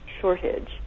shortage